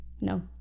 no